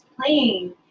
playing